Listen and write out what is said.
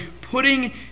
putting